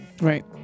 Right